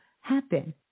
happen